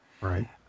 Right